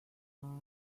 are